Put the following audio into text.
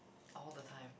all the time